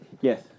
Yes